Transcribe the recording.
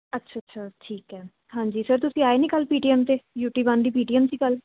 ਅੱਛਾ ਅੱਛਾ ਠੀਕ ਹੈ ਹਾਂਜੀ ਸਰ ਤੁਸੀਂ ਆਏ ਨਹੀਂ ਕੱਲ੍ਹ ਪੀ ਟੀ ਐੱਮ 'ਤੇ ਯੂ ਟੀ ਵਨ ਦੀ ਪੀ ਟੀ ਐੱਮ ਸੀ ਕੱਲ੍ਹ